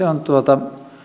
on